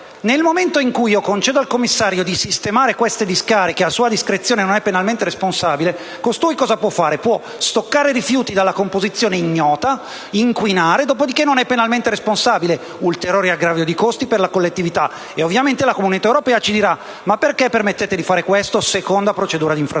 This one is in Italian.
nel momento in cui si concede al commissario di sistemare queste discariche a sua discrezione e non ne è penalmente responsabile, costui può stoccare rifiuti dalla composizione ignota, inquinare e non è penalmente responsabile, con ulteriore aggravio di costi per la collettività. Ovviamente l'Unione europea ci chiederà: ma perché permettete di fare questo? Seconda procedura d'infrazione.